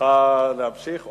זכותך להמשיך,